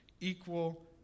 equal